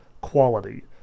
quality